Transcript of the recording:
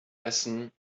essen